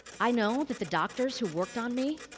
i know that the doctors who worked on me,